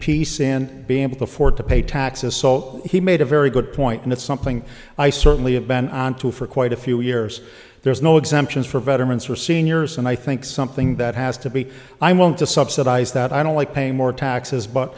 peace and be able to afford to pay taxes so he made a very good point and it's something i certainly have been on to for quite a few years there's no exemptions for veterans for seniors and i think something that has to be i want to subsidize that i don't like pay more taxes but